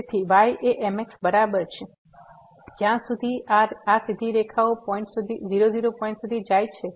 તેથી y એ mx બરાબર છે જ્યાં આ સીધી રેખાઓ 00 પોઈન્ટ સુધી જાય છે